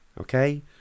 Okay